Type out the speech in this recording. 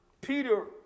Peter